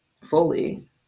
fully